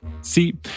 See